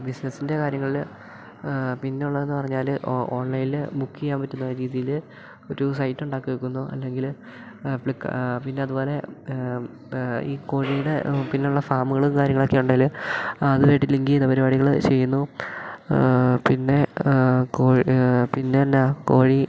ബിസിനസ്സിൻ്റെ കാര്യങ്ങളിൽ പിന്നെയുള്ളതെന്നു പറഞ്ഞാൽ ഓ ഓൺലൈനിൽ ബുക്ക് ചെയ്യാൻ പറ്റുന്ന രീതിയിൽ ഒരു സൈറ്റുണ്ടാക്കി വെക്കുന്നു അല്ലെങ്കിൽ ഫ്ലിപ്പ് പിന്നെ അതു പോലെ ഈ കോഴിയുടെ പിന്നെയുള്ള ഫാമുകളും കാര്യങ്ങളൊക്കെ ഉണ്ടെങ്കിൽ അതുമായിട്ട് ലിങ്ക് ചെയ്യുന്ന പരിപാടികൾ ചെയ്യുന്നു പിന്നെ പിന്നെന്നാ കോഴി